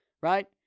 right